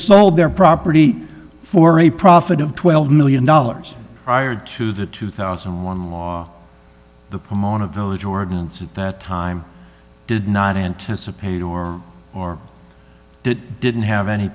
sold their property for a profit of twelve million dollars prior to the two thousand and one law the pomona village ordinance at that time did not anticipate or or it didn't have any